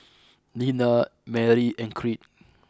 Nena Marie and Creed